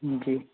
जी